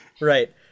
Right